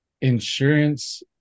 insurance